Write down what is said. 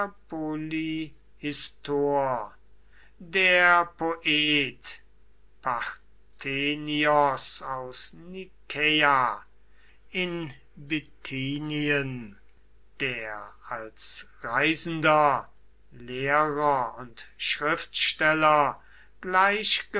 polyhistor der poet parthenios aus nikäa in bithymen der als reisender lehrer und schriftsteller gleich